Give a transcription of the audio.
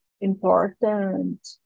important